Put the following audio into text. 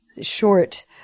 short